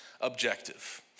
objective